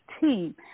team